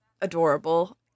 adorable